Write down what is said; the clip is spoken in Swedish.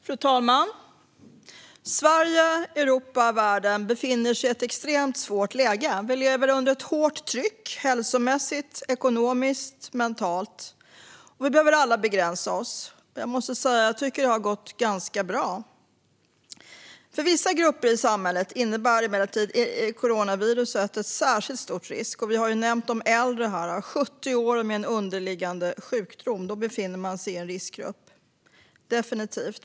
Fru talman! Sverige, Europa och världen befinner sig i ett extremt svårt läge. Vi lever under ett hårt tryck hälsomässigt, ekonomiskt och mentalt, och vi behöver alla begränsa oss. Jag måste säga att jag tycker att det har gått ganska bra. För vissa grupper i samhället innebär emellertid coronaviruset en särskilt stor risk. Vi har nämnt de äldre. Personer som är över 70 år och som har en underliggande sjukdom befinner sig definitivt i en riskgrupp.